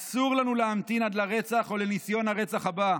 אסור לנו להמתין עד לרצח או לניסיון הרצח הבא.